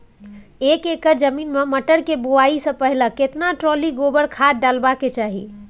एक एकर जमीन में मटर के बुआई स पहिले केतना ट्रॉली गोबर खाद डालबै के चाही?